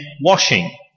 washing